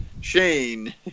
Shane